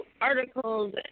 articles